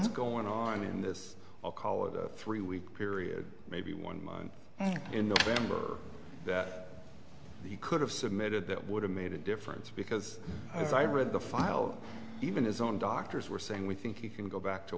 what's going on in this three week period maybe one month in november that he could have submitted that would have made a difference because as i read the file even his own doctors were saying we think you can go back to